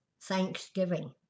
Thanksgiving